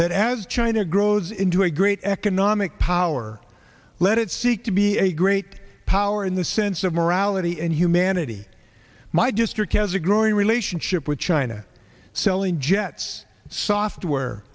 that as china grows into a great economic power let it seek to be a great power in the sense of morality and humanity my district has a growing relationship with china selling jets software